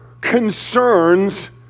concerns